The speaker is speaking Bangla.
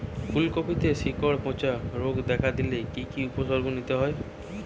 ফুলকপিতে শিকড় পচা রোগ দেখা দিলে কি কি উপসর্গ নিতে হয়?